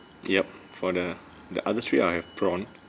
yup for the the other three I have prawn